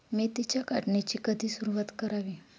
मेथीच्या काढणीची कधी सुरूवात करावी?